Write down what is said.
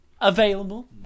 available